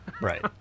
right